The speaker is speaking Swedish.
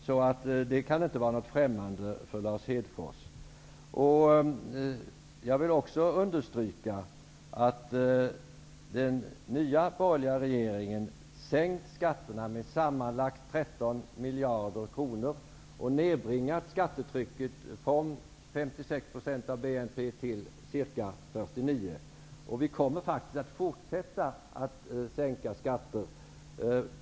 Detta kan inte vara främmande för Jag vill understryka att den nya borgerliga regeringen har sänkt skatterna med sammanlagt 13 miljarder kronor och nedbringat skattetrycket från 56 % av BNP till ca 49 %. Vi kommer att fortsätta att sänka skatter.